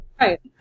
right